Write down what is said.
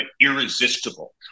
irresistible